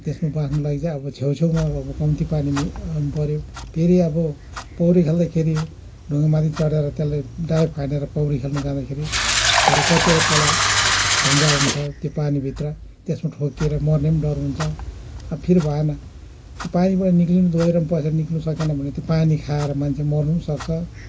त्यसमा बाच्नुको लागि चाहिँ अब छेउ छेउमा अब कम्ती पानीमा आउनु पऱ्यो फेरि अब पौडी खेल्दाखेरि ढुङ्गामाथि चढेर त्यसले डाइभ हानेर पौडी खेल्नु जाँदाखेरि भरे कतिवटा तल ढुङ्गा हुन्छ त्यो पानीभित्र त्यसमा ठोक्किर मर्ने पनि डर हुन्छ अब फेरि भएन त्यो पानीबाट निक्लिनु गहिरोमा पसेर निक्लिनु सकेन भने त्यो पानी खाएर मान्छे मर्नु पनि सक्छ